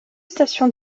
stations